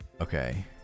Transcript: Okay